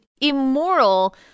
immoral